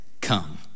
come